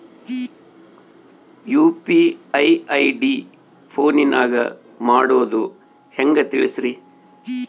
UPI ID ಫೋನಿನಾಗ ಮಾಡೋದು ಹೆಂಗ ತಿಳಿಸ್ರಿ?